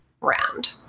round